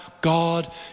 God